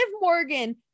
Morgan